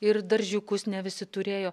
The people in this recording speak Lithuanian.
ir daržiukus ne visi turėjo